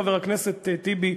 חבר הכנסת טיבי,